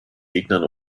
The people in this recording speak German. gegnern